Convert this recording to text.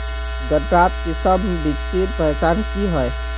गन्नात किसम बिच्चिर पहचान की होय?